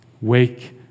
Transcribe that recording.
Wake